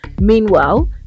Meanwhile